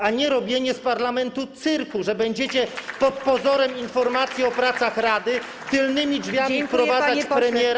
A nie robienie z parlamentu cyrku, że będziecie pod pozorem informacji o pracach Rady tylnymi drzwiami wprowadzać premiera.